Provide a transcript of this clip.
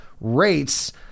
rates